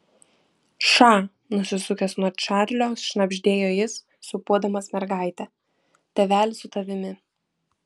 ša nusisukęs nuo čarlio šnabždėjo jis sūpuodamas mergaitę tėvelis su tavimi